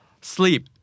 Sleep